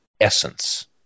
essence